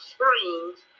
Springs